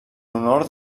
honor